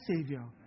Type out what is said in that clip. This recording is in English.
Savior